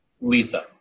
Lisa